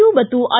you ಮತ್ತು I